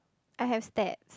I have stats